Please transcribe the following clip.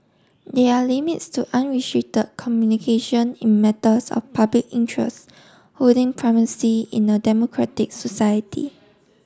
there are limits to unrestricted communication in matters of public interest holding primacy in a democratic society